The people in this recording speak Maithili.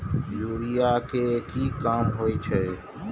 यूरिया के की काम होई छै?